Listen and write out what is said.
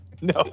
No